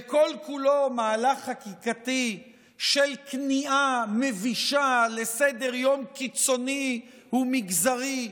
וכל-כולו מהלך חקיקתי של כניעה מבישה לסדר-יום קיצוני ומגזרי,